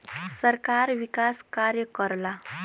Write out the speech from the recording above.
सरकार विकास कार्य करला